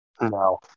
No